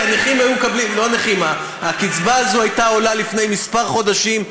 כי הקצבה הזאת הייתה עולה לפני כמה חודשים.